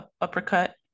uppercut